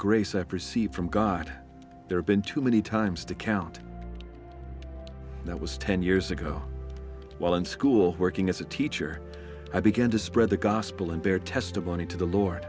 grace ever see from god there have been too many times to count that was ten years ago while in school working as a teacher i began to spread the gospel and bear testimony to the lord